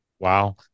Wow